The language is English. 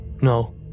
No